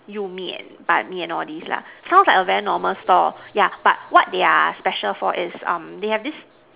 you main ban main all these lah sounds like a very normal store but what they are special of is